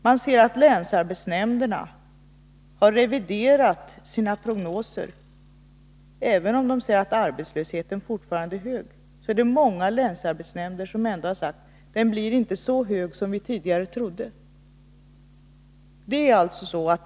Man ser att länsarbetsnämnderna har reviderat sina prognoser; även om de säger att arbetslösheten fortfarande är hög, har många länsarbetsnämnder ändå sagt: Den blir inte så hög som vi tidigare trodde.